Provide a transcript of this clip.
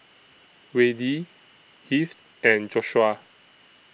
Wayde Heath and Joshua